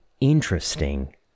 interesting